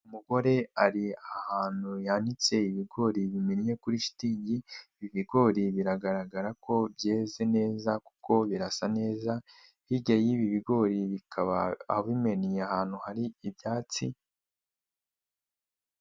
Umugore ari ahantu yanitse ibigori bimennye kuri shitingi, ibi bigori biragaragara ko byeze neza kuko birasa neza, hirya y'ibi bigori bikaba bimennye ahantu hari ibyatsi.